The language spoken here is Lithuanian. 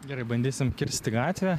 gerai bandysim kirsti gatvę